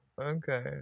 Okay